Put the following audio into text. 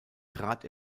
trat